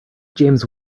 james